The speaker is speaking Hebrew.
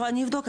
לא, אני אבדוק.